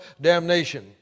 damnation